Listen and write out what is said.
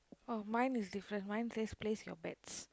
oh mine is different mine says place your bets